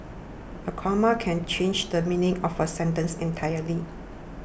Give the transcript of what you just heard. a comma can change the meaning of a sentence entirely